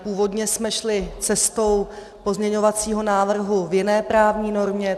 Původně jsme šli cestou pozměňovacího návrhu v jiné právní normě.